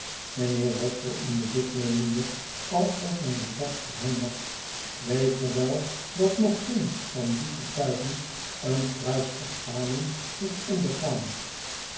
mijnheer wopsle in bezit nemende alsof hy een recht op hem had weet ge wel dat nog geen van die getuigen een kruis examen heeft ondergaan